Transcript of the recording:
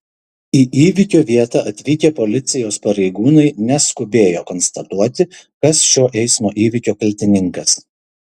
į įvykio vietą atvykę policijos pareigūnai neskubėjo konstatuoti kas šio eismo įvykio kaltininkas